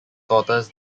daughters